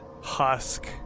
husk